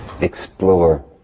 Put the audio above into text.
Explore